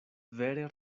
vere